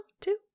Two